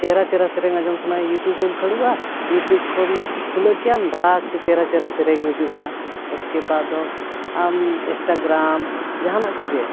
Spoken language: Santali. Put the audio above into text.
ᱪᱮᱦᱨᱟ ᱪᱮᱦᱨᱟ ᱥᱮᱨᱮᱧ ᱟᱸᱡᱚᱢ ᱥᱟᱱᱟᱭᱮᱫ ᱤᱭᱩᱴᱩᱵᱽ ᱮᱢ ᱠᱷᱟᱹᱲᱚᱜᱼᱟ ᱤᱭᱩᱴᱩᱵᱽ ᱠᱷᱚᱱ ᱠᱷᱩᱞᱟᱹᱣ ᱠᱮᱢ ᱫᱟᱲᱮᱭᱟᱜ ᱥᱮ ᱪᱮᱦᱨᱟ ᱪᱮᱦᱨᱟ ᱥᱮᱨᱮᱧ ᱦᱤᱡᱩᱜᱼᱟ ᱚᱥᱠᱮᱵᱟ ᱫᱚ ᱟᱢ ᱮᱥᱴᱟᱜᱨᱟᱢ ᱡᱟᱦᱟᱱᱟᱜ ᱠᱚᱜᱮ